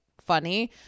funny